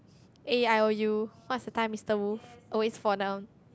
A I O U what is the time is the wolf always fall down